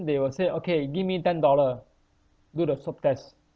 they will say okay give me ten dollar do the swab test